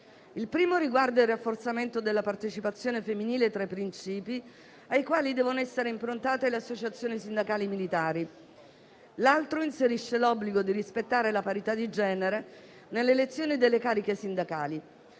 Il primo riguarda il rafforzamento della partecipazione femminile, tra i principi ai quali devono essere improntate le associazioni sindacali militari. L'altro inserisce l'obbligo di rispettare la parità di genere nelle elezioni delle cariche sindacali.